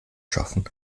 schaffen